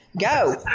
Go